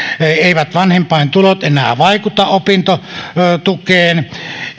eivät vanhempain tulot enää vaikuta opintotukeen